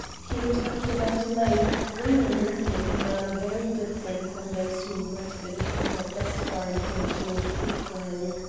he returned without delay, bringing with him a man very different from those whom brett had encountered thus far in connection with the crime.